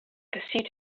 pursuit